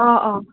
অঁ অঁ